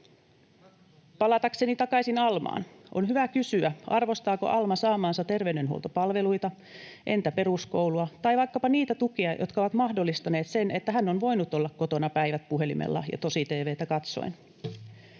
Palatakseni takaisin Almaan: on hyvä kysyä, arvostaako Alma saamiansa terveydenhuoltopalveluita, entä peruskoulua tai vaikkapa niitä tukia, jotka ovat mahdollistaneet sen, että hän on voinut olla kotona päivät puhelimella ja tosi-tv:tä katsoen.